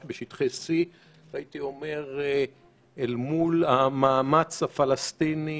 על שטחי C. והייתי אומר אל מול המאמץ הפלסטיני,